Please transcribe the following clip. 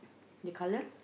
the colour